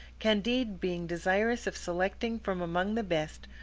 candide being desirous of selecting from among the best,